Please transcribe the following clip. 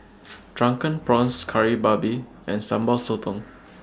Drunken Prawns Kari Babi and Sambal Sotong